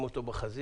לשים אותו בחזית.